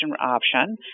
option